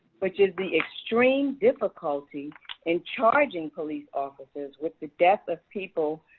which is the extreme difficulty in charging police officers with the death of people,